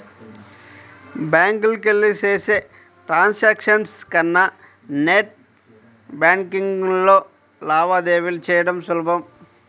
బ్యాంకులకెళ్ళి చేసే ట్రాన్సాక్షన్స్ కన్నా నెట్ బ్యేన్కింగ్లో లావాదేవీలు చెయ్యడం సులభం